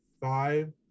five